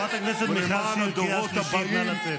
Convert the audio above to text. חברת הכנסת מיכל שיר, קריאה שלישית.